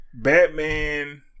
Batman